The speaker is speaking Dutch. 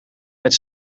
met